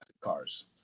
cars